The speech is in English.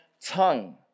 tongue